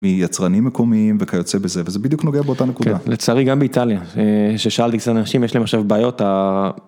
מייצרנים מקומיים וכיוצא בזה וזה בדיוק נוגע באותה נקודה. לצערי גם באיטליה ששאלתי קצת אנשים יש להם עכשיו בעיות.